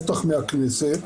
בטח מהכנסת.